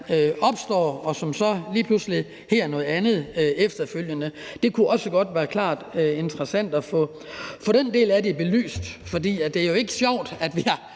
opstår, og som så lige pludselig hedder noget andet efterfølgende? Det kunne klart også være interessant at få den del af det belyst, for det er jo ikke sjovt, at vi har